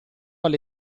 alle